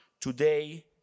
Today